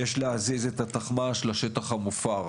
יש להזיז את התחמ"ש לשטח המופר.